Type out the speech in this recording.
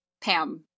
Pam